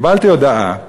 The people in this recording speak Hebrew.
קיבלתי הודעה,